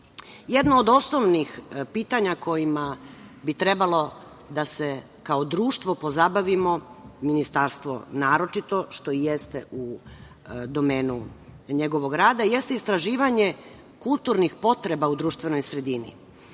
od osnovnih pitanja kojima bi trebalo da se kao društvo pozabavimo, Ministarstvo naročito, što i jeste u domenu njegovog rada, jeste istraživanje kulturnih potreba u društvenoj sredini